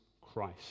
Christ